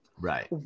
Right